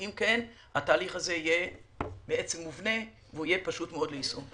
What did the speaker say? ואם כן התהליך הזה יהיה מובנה ויהיה פשוט מאוד ליישום.